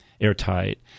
airtight